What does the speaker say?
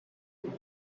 him